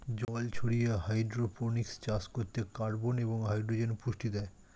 জল ছাড়িয়ে হাইড্রোপনিক্স চাষ করতে কার্বন এবং হাইড্রোজেন পুষ্টি দেয়